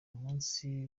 umunsi